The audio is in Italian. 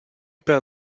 per